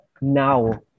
now